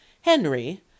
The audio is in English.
Henry